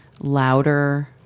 louder